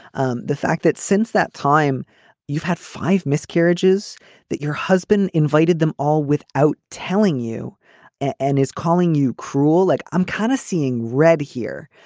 um the fact that since that time you've had five miscarriages that your husband invited them all without telling you and is calling you cruel. like i'm kind of seeing red here.